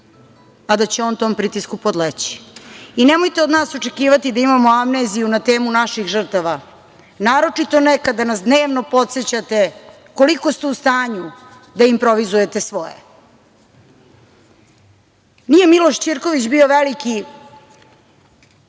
a da će on tom pritisku podleći. I nemojte od nas očekivati da imamo amneziju na temu naših žrtava, naročito ne kada nas dnevno podsećate koliko ste u stanju da improvizujete svoje. Nije Miloš Ćirković bio veliki